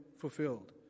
fulfilled